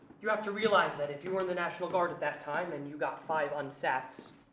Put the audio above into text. you have to realize that if you were in the national guard at that time and you got five unsats,